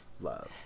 love